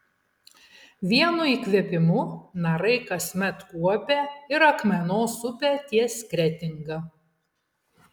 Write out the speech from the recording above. vienu įkvėpimu narai kasmet kuopia ir akmenos upę ties kretinga